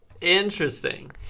Interesting